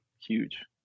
huge